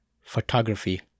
photography